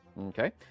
Okay